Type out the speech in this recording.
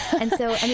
and so i mean,